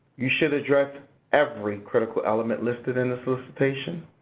you should address every critical element listed in the solicitation.